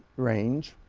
range.